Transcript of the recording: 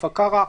כפר קרע,